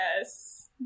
yes